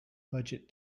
budget